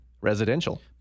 residential